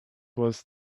was